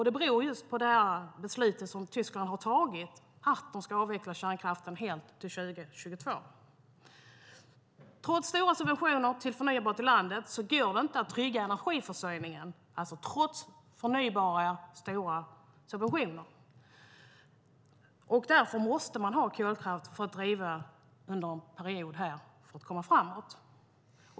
Det beror just på beslutet som Tyskland har fattat om att avveckla kärnkraften helt till 2022. Trots stora subventioner till förnybart i landet går det inte att trygga energiförsörjningen. Därför måste man under en period ha kolkraft för att komma framåt.